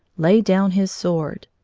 laid down his sword.